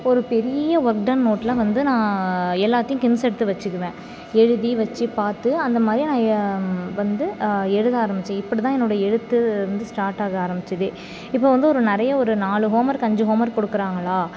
ஒரு பெரிய ஒர்க் டன் நோட்டில் வந்து நான் எல்லாத்தையும் ஹிண்ட்ஸ் எடுத்து வச்சுக்குவேன் எழுதி வச்சு பார்த்து அந்த மாதிரியே நான் எ வந்து எழுத ஆரம்பித்தேன் இப்படித்தான் என்னோடய எழுத்து வந்து ஸ்டார்ட் ஆக ஆரம்பித்ததே இப்போ வந்து ஒரு நிறைய ஒரு நாலு ஹோம் ஒர்க் அஞ்சு ஹோம் ஒர்க் கொடுக்குறாங்களா